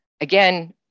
again